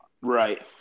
right